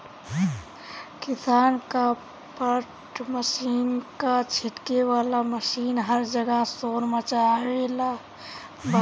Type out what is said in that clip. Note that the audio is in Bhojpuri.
किसानक्राफ्ट मशीन क छिड़के वाला मशीन हर जगह शोर मचवले बा